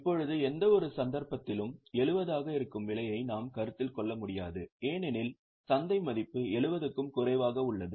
இப்போது எந்தவொரு சந்தர்ப்பத்திலும் 70 ஆக இருக்கும் விலையை நாம் கருத்தில் கொள்ள முடியாது ஏனெனில் சந்தை மதிப்பு 70 க்கும் குறைவாக உள்ளது